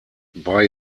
bei